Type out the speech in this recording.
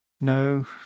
No